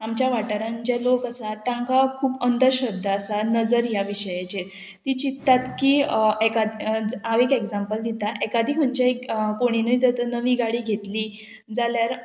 आमच्या वाठारान जे लोक आसात तांकां खूब अंधश्रध्दा आसा नजर ह्या विशयाचेर ती चित्तात की हांव एक एग्जाम्पल दिता एकादी खंयच्याय कोणूय जर तर नवी गाडी घेतली जाल्यार